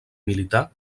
militar